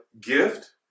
gift